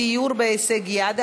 דיור בהישג יד),